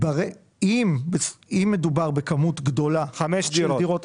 אם מדובר בכמות גדולה של דירות --- חמש דירות.